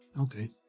Okay